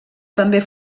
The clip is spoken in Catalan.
també